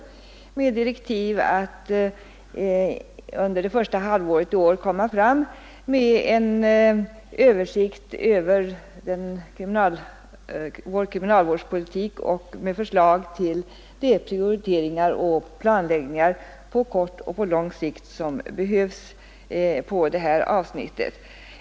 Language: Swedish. Enligt direktiven skall beredningen under första halvåret i år utföra en översikt över vår kriminalvårdspolitik och framlägga förslag till de prioriteringar och planläggningar på kort och lång sikt som behövs på detta avsnitt.